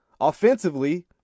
Offensively